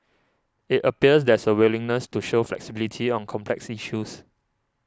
it appears there's a willingness to show flexibility on complex issues